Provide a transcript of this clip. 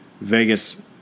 Vegas